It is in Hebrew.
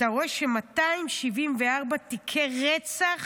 אתה רואה 274 תיקי רצח